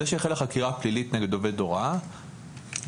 זה שהחלה חקירה פלילית נגד עובד הוראה --- לא,